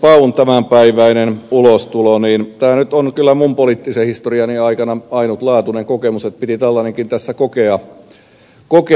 tämä on kyllä minun poliittisen historiani aikana ainutlaatuinen kokemus että piti tällainenkin tässä kokea